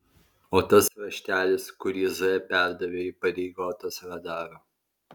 o tas raštelis kurį z perdavė įpareigotas radaro